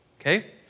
Okay